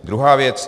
Druhá věc.